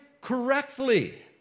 correctly